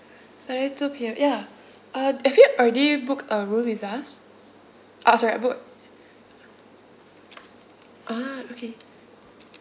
sorry two P_M ya uh have you already book a room with us uh sorry book ah okay